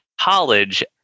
college